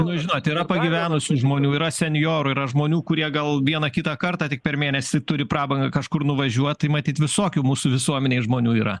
na žinot yra pagyvenusių žmonių yra senjorų yra žmonių kurie gal vieną kitą kartą tik per mėnesį turi prabangą kažkur nuvažiuot tai matyt visokių mūsų visuomenėj žmonių yra